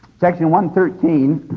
section one thirteen